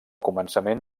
començament